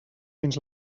dins